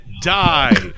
Die